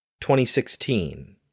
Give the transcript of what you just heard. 2016